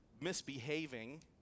misbehaving